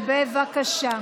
בבקשה.